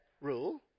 rule